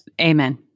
Amen